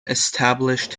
established